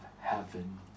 heaven